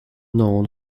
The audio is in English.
known